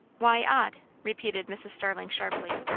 why odd? repeated mrs. starling sharply.